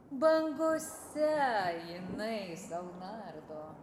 bangose jinai sau nardo